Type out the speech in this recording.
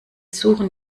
suchen